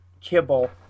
kibble